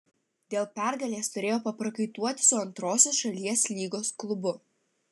dėl pergalės turėjo paprakaituoti su antrosios šalies lygos klubu